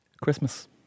Christmas